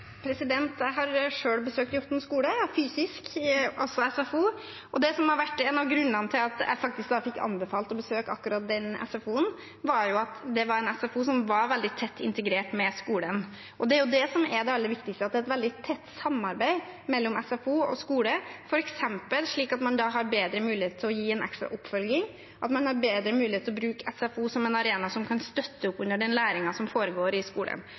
Jeg har selv besøkt Jåtten skole fysisk – også SFO. En av grunnene til at jeg faktisk fikk anbefalt å besøke akkurat den SFO-en, var at det var en SFO som var veldig tett integrert med skolen. Det er det som er det aller viktigste, at det er et tett samarbeid mellom SFO og skole, f.eks. slik at man har bedre mulighet til å gi ekstra oppfølging, og at man har bedre mulighet til å bruke SFO som en arena som kan støtte opp under den læringen som foregår i skolen.